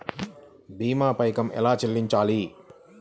భీమా పైకం ఎలా చెల్లించాలి?